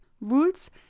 rules